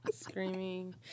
screaming